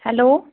hello